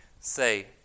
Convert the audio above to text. say